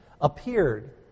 appeared